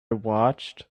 watched